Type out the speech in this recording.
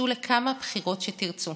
צאו לכמה בחירות שתרצו,